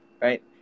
right